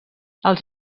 els